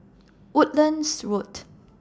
Woodlands Road